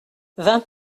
vingt